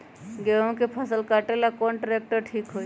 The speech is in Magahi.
गेहूं के फसल कटेला कौन ट्रैक्टर ठीक होई?